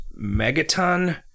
Megaton